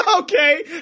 Okay